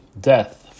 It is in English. death